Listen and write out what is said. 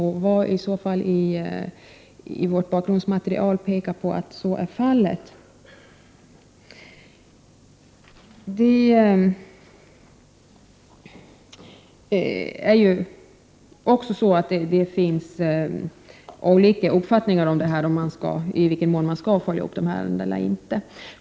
Vad i vårt bakgrundsmaterial pekar på att så är fallet? Det finns olika uppfattningar om i vilken mån dessa ärenden skall följas upp.